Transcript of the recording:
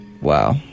Wow